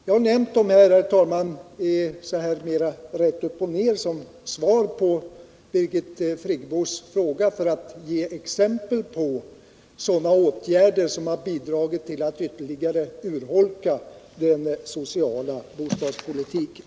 Jag har nämnt detta, herr talman, rätt upp och ner som svar på Birgit Friggebos fråga om jag kunde ge exempel på sådana åtgärder som har bidragit till att vtterligare urholka den sociala bostadspolitiken.